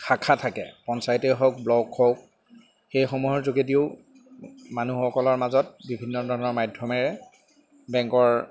শাখা থাকে পঞ্চায়তেই হওক ব্লক হওক সেইসমূহৰ যোগেদিও মানুহসকলৰ মাজত বিভিন্ন ধৰণৰ মাধ্যমেৰে বেংকৰ